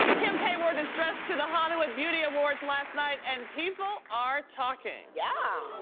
kim k wore this dress to the hollywood beauty awards last night and people are talking. yeah!